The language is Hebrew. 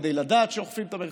כדי לדעת שאוכפים את המרחקים,